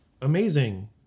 amazing